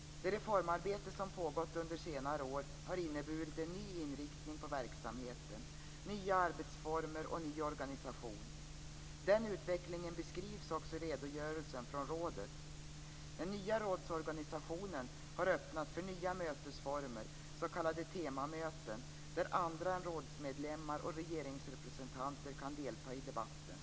Det reformarbete som pågått under senare år har inneburit en ny inriktning på verksamheten, nya arbetsformer och ny organisation. Den utvecklingen beskrivs också i redogörelsen från rådet. Den nya rådsorganisationen har öppnat för nya mötesformer, s.k. temamöten, där andra rådsmedlemmar och regeringsrepresentanter kan delta i debatten.